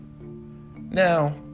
Now